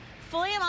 Fully